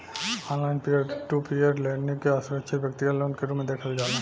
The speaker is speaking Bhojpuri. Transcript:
online peer to peer lending के असुरक्षित व्यतिगत लोन के रूप में देखल जाला